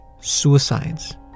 suicides